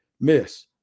miss